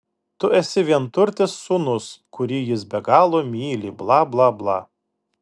tu esi vienturtis sūnus kurį jis be galo myli bla bla bla